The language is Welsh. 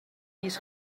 fis